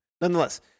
nonetheless